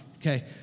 Okay